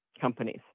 companies